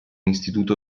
istituto